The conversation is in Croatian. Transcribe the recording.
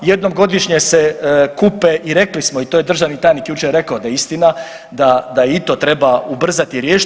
Jednom godišnje se kupe i rekli smo i to je državni tajnik jučer rekao da je istina, da i to treba ubrzati, riješiti.